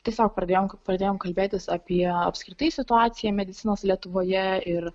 tiesiog pradėjom pradėjom kalbėtis apie apskritai situaciją medicinos lietuvoje ir